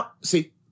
see